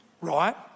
Right